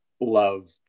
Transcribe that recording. love